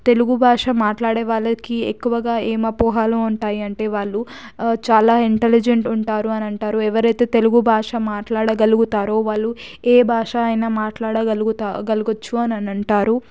తెలుగు భాష మాట్లాడే వాళ్ళకి ఎక్కువగా ఏమి అపోహలు ఉంటాయి అంటే వాళ్ళు చాలా ఇంటలిజెంట్ ఉంటారు అని అంటారు ఎవరైతే తెలుగు భాష మాట్లాడగలుగుతారో వాళ్ళు ఏ భాష అయినా మాట్లాడవచ్చు అని అంటారు